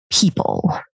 people